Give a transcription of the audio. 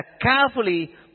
carefully